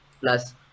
plus